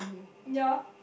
ye